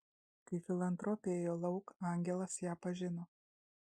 kai filantropė ėjo lauk angelas ją pažino